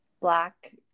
black